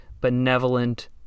benevolent